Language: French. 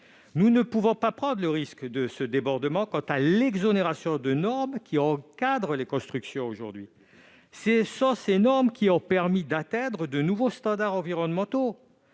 Nous ne pouvons pas prendre le risque d'un débordement s'agissant de l'exonération de normes encadrant les constructions. Ce sont ces normes qui ont permis d'atteindre de nouveaux standards environnementaux.